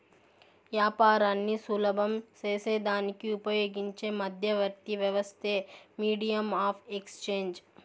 యాపారాన్ని సులభం సేసేదానికి ఉపయోగించే మధ్యవర్తి వ్యవస్థే మీడియం ఆఫ్ ఎక్స్చేంజ్